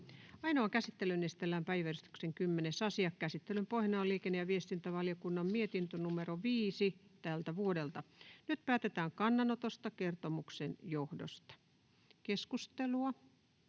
Ainoaan käsittelyyn esitellään päiväjärjestyksen 11. asia. Käsittelyn pohjana on talousvaliokunnan mietintö TaVM 7/2024 vp. Nyt päätetään kannanotosta kertomuksen johdosta. — Keskustelua,